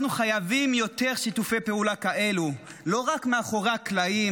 אנחנו חייבים יותר שיתופי פעולה כאלה לא רק מאחורי הקלעים,